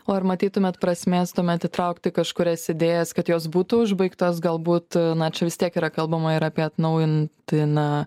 o ar matytumėt prasmės tuomet įtraukti kažkurias idėjas kad jos būtų užbaigtos galbūt na čia vis tiek yra kalbama ir apie atnaujintiną